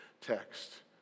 text